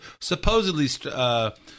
supposedly